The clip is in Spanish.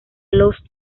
los